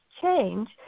change